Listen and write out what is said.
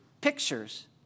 pictures